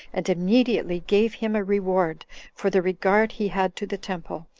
and immediately, gave him a reward for the regard he had to the temple,